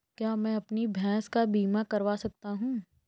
क्या मैं अपनी भैंस का बीमा करवा सकता हूँ?